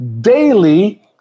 daily